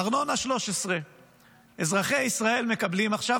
ארנונה 13. אזרחי ישראל מקבלים עכשיו,